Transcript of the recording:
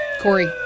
Corey